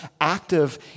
active